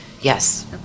Yes